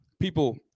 people